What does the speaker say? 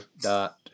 dot